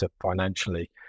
financially